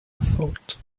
thought